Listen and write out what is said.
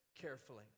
carefully